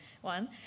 one